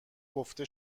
گفته